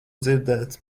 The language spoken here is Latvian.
dzirdēt